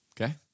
okay